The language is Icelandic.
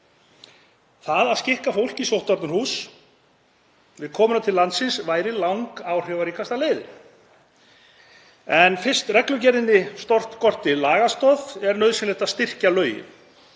Það að skikka fólk í sóttvarnahús við komu til landsins væri langáhrifaríkasta leiðin, en fyrst reglugerðina skorti lagastoð væri nauðsynlegt að styrkja lögin.